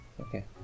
Okay